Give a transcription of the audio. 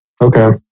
Okay